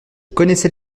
connaissais